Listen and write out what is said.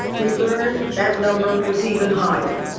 we learned that number was even higher,